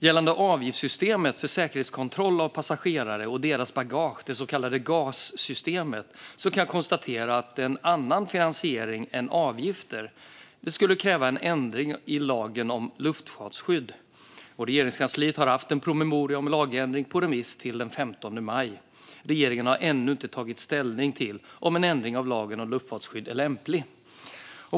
Gällande avgiftsutjämningssystemet för säkerhetskontroll av passagerare och deras bagage, det så kallade GAS-systemet, kan jag konstatera att en annan finansiering än avgifter skulle kräva en ändring av lagen om luftfartsskydd. Regeringskansliet har haft en promemoria om en lagändring på remiss till den 15 maj. Regeringen har ännu inte tagit ställning till om en ändring av lagen om luftfartsskydd är lämplig.